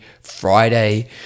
Friday